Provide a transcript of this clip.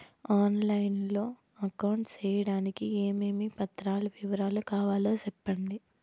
On line లో account సేయడానికి ఏమేమి పత్రాల వివరాలు కావాలో సెప్పండి?